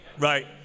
Right